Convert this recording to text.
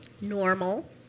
normal